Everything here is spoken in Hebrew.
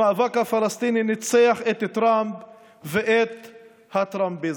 המאבק הפלסטיני ניצח את טראמפ ואת הטראמפיזם.